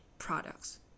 Products